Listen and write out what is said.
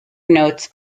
notes